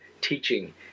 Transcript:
teaching